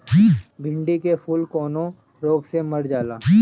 भिन्डी के फूल कौने रोग से मर जाला?